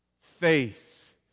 Faith